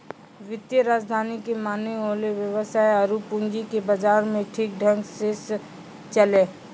वित्तीय राजधानी के माने होलै वेवसाय आरु पूंजी के बाजार मे ठीक ढंग से चलैय